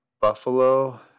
Buffalo